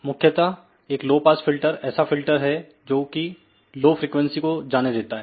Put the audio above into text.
मुख्यतः एक low pass filter ऐसा फिल्टर है जोकि लो फ्रिकवेंसी को जाने देता है